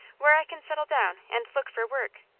where i can settle down and look for work.